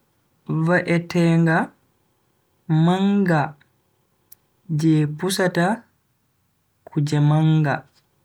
Va'etenga manga je pusata kuje manga.